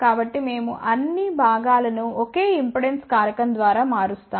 కాబట్టి మేము అన్ని భాగాలను ఒకే ఇంపెడెన్స్ కారకం ద్వారా మారుస్తాము